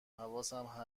حواسم